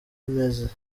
meze